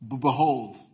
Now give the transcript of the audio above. Behold